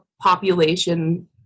population